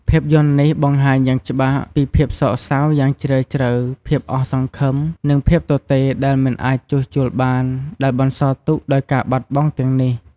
ភាពយន្តនេះបង្ហាញយ៉ាងច្បាស់ពីភាពសោកសៅយ៉ាងជ្រាលជ្រៅ ភាពអស់សង្ឃឹម និងភាពទទេរដែលមិនអាចជួសជុលបានដែលបន្សល់ទុកដោយការបាត់បង់ទាំងនេះ។